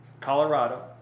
Colorado